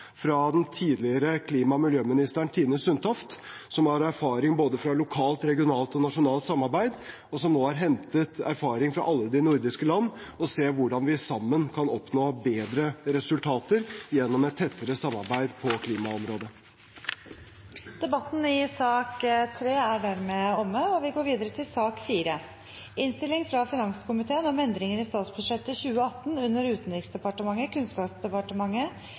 fra tidligere klima- og miljøminister Tine Sundtoft, som har erfaring fra både lokalt, regionalt og nasjonalt samarbeid, og som nå har hentet erfaring fra alle de nordiske land for å se hvordan vi sammen kan oppnå bedre resultater gjennom et tettere samarbeid på klimaområdet. Debatten i sak nr. 3 er omme. Ingen har bedt om ordet. Etter ønske fra finanskomiteen